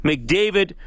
McDavid